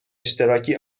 اشتراکی